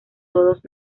todos